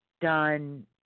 done